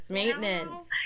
maintenance